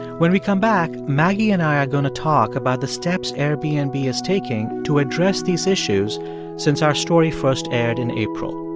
when we come back, maggie and i are going to talk about the steps airbnb and is taking to address these issues since our story first aired in april.